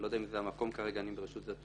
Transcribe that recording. אני לא יודע אם זה המקום כרגע אני מרשות התעופה